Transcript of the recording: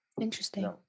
interesting